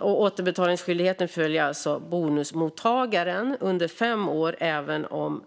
Återbetalningsskyldigheten följer alltså bonusmottagaren under fem år även om